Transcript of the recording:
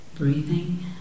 breathing